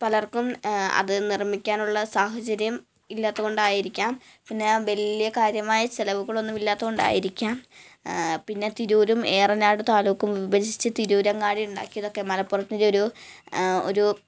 പലര്ക്കും അത് നിര്മ്മിക്കാനുള്ള സാഹചര്യം ഇല്ലാത്തത് കൊണ്ടായിരിക്കാം പിന്നെ വലിയ കാര്യമായ ചെലവുകളൊന്നും ഇല്ലാത്തത് കൊണ്ടായിരിക്കാം പിന്നെ തിരൂരും ഏറനാട് താലൂക്കും വിഭജിച്ചു തിരൂരങ്ങാടി ഉണ്ടാക്കിയതൊക്കെ മലപ്പുറത്തിന്റെ ഒരു ഒരു